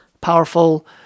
powerful